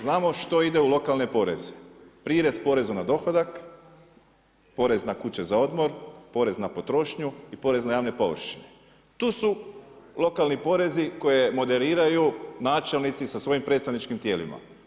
Znamo što ide u lokalne poreze, prirez porezu na dohodak, porez na kuće za odmor, porez na potrošnju i porez na javne površine tu su lokalni porezi koje moderiraju načelnici sa svojim predstavničkim tijelima.